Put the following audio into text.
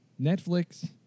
Netflix